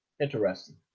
interesting